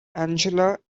angela